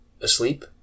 asleep